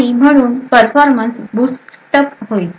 आणि म्हणून performance boost होईल